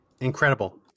incredible